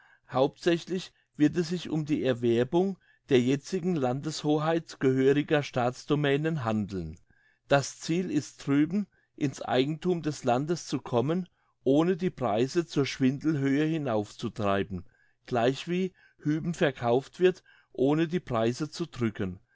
hauptsächlich wird es sich um die erwerbung der jetzigen landeshoheit gehöriger staatsdomänen handeln das ziel ist drüben in's eigenthum des landes zu kommen ohne die preise zur schwindelhöhe hinaufzutreiben gleichwie hüben verkauft wird ohne die preise zu drücken